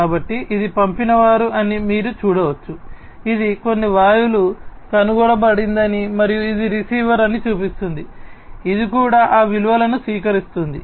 కాబట్టి ఇది పంపినవారు అని మీరు చూడవచ్చు ఇది కొన్ని వాయువులు కనుగొనబడిందని మరియు ఇది రిసీవర్ అని చూపిస్తుంది ఇది కూడా ఆ విలువలను స్వీకరిస్తోంది